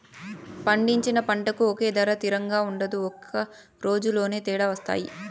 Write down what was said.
పండించిన పంటకు ఒకే ధర తిరంగా ఉండదు ఒక రోజులోనే తేడా వత్తాయి